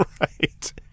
Right